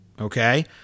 Okay